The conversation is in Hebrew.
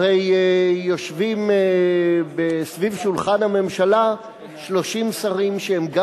הרי יושבים סביב שולחן הממשלה 30 שרים שהם גם